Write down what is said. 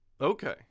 okay